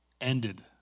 ended